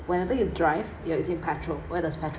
whenever you drive you're using petrol where does petrol